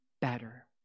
better